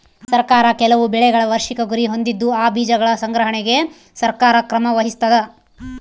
ಸರ್ಕಾರ ಕೆಲವು ಬೆಳೆಗಳ ವಾರ್ಷಿಕ ಗುರಿ ಹೊಂದಿದ್ದು ಆ ಬೀಜಗಳ ಸಂಗ್ರಹಣೆಗೆ ಸರ್ಕಾರ ಕ್ರಮ ವಹಿಸ್ತಾದ